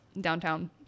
downtown